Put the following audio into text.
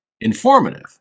informative